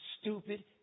stupid